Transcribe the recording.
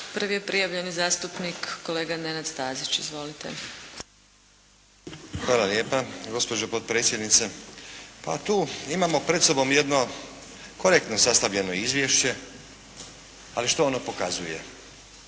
Prvi je prijavljeni zastupnik kolega Nenad Stazić. Izvolite. **Stazić, Nenad (SDP)** Hvala lijepa gospođo potpredsjednice. Pa tu imamo pred sobom jedno kvalitetno sastavljeno izvješće, ali što ono pokazuje.